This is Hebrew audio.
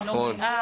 היא לא בריאה,